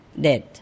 dead